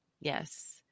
yes